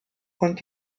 und